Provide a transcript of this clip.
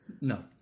No